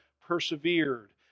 persevered